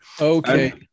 Okay